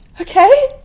okay